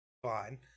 fine